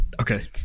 Okay